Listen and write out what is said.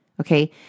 okay